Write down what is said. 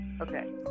Okay